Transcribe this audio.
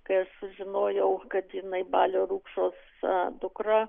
kai aš sužinojau kad jinai balio rukšos dukra